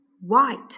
white